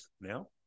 now